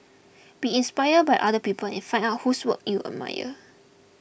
be inspired by other people and find out whose work you admire